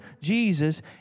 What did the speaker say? Jesus